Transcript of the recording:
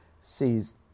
sees